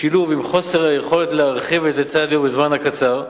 בשילוב עם חוסר היכולת להרחיב את היצע הדירות בזמן הקצר,